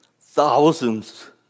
Thousands